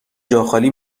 جاخالی